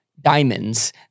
diamonds